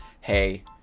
hey